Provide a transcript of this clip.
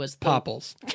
Popples